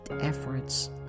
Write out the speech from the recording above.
efforts